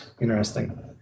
Interesting